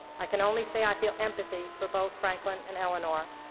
i can only say i feel empathy for both franklin and eleanor.